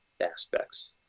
aspects